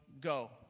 go